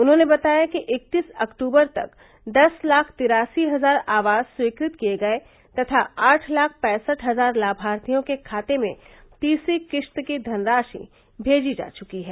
उन्होंने बताया कि इकतीस अक्टूबर तक दस लाख तिरासी हजार आवास स्वीकृत किये गये तथा आठ लाख पैसठ हजार लाभार्थियों के खातें में तीसरी किश्त की धनराशि भेजी जा चुकी है